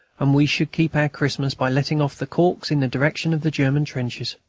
and we should keep our christmas by letting off the corks in the direction of the german trenches.